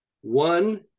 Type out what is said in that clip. One